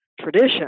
tradition